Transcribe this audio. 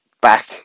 Back